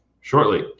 shortly